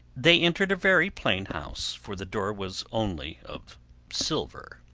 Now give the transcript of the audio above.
they entered a very plain house, for the door was only of silver,